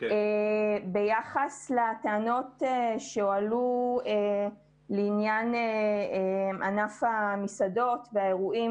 ביחס לטענות שהועלו לעניין ענף המסעדות והאירועים